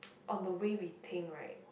on the way we think right